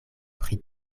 pri